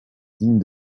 digne